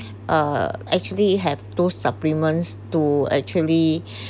uh actually have two supplements to actually